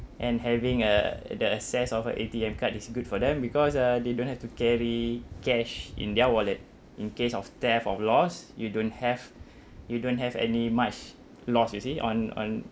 and having uh the access of a A_T_M card is good for them because uh they don't have to carry cash in their wallet in case of theft or lost you don't have you don't have any much lost you see on on